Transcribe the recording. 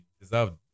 deserved